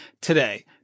today